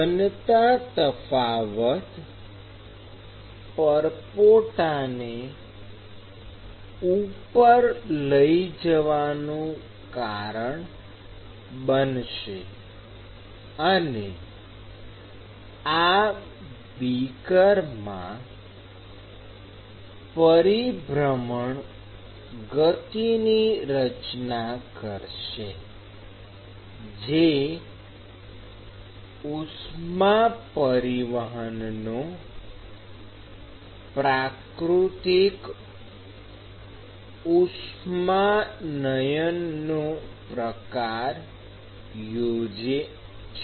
ઘનતા તફાવત પરપોટાને ઉપર લઈ જવાનું કારણ બનશે અને આ બીકરમાં પરિભ્રમણ ગતિની રચના કરશે જે ઉષ્મા પરિવહનનો પ્રાકૃતિક ઉષ્માનયનનો પ્રકાર યોજે છે